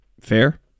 Fair